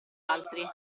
altri